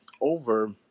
over